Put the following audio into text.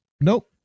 nope